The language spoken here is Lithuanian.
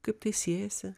kaip tai siejasi